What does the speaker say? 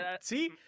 See